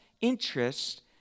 interest